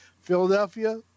Philadelphia